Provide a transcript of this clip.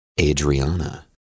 Adriana